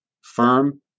firm